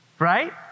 Right